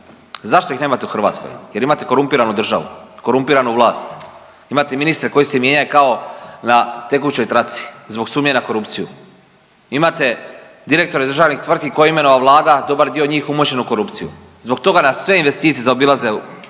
Zašto ih nemate u Hrvatskoj? Jer imate korumpiranu državu, korumpiranu vlast, imate ministre koji se mijenjaju kao na tekućoj traci zbog sumnje na korupciju. Imate direktore državnih tvrtki koje je imenovala Vlada, dobar dio njih umočen u korupciju. Zbog toga nas sve investicije zaobilaze u širokom